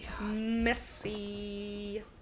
messy